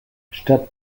statt